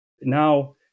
Now